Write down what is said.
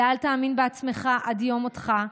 ואל תאמין בעצמך עד יום מותך,